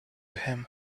him